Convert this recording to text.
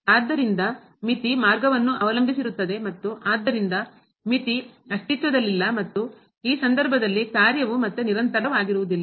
ಆದ್ದರಿಂದ ಮಿತಿ ಮಾರ್ಗವನ್ನು ಅವಲಂಬಿಸಿರುತ್ತದೆ ಮತ್ತು ಆದ್ದರಿಂದ ಮಿತಿ ಅಸ್ತಿತ್ವದಲ್ಲಿಲ್ಲ ಮತ್ತು ಈ ಸಂದರ್ಭದಲ್ಲಿ ಕಾರ್ಯವು ಮತ್ತೆ ನಿರಂತರವಾಗಿರುವುದಿಲ್ಲ